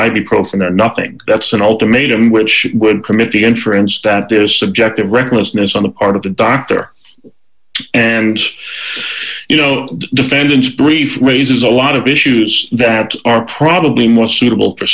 the profane or nothing that's an ultimatum which would commit the entrance that is subjective recklessness on the part of the doctor and you know the defendant's brief raises a lot of issues that are probably more suitable for